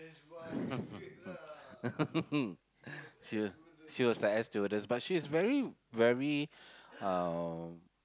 she she was an air stewardess but she is very very um